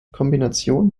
kombinationen